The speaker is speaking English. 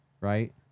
right